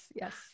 Yes